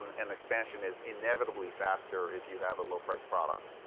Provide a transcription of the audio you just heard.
and expansion is inevitably faster if you have a low price product,